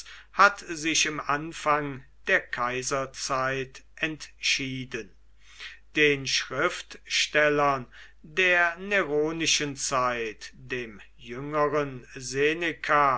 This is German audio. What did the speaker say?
hat sich im anfang der kaiserzeit entschieden den schriftstellern der neronischen zeit dem jüngeren